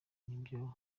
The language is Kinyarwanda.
n’ibyo